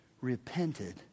repented